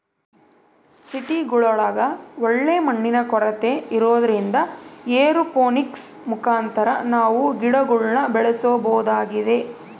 ಸಿಟಿಗುಳಗ ಒಳ್ಳೆ ಮಣ್ಣಿನ ಕೊರತೆ ಇರೊದ್ರಿಂದ ಏರೋಪೋನಿಕ್ಸ್ ಮುಖಾಂತರ ನಾವು ಗಿಡಗುಳ್ನ ಬೆಳೆಸಬೊದಾಗೆತೆ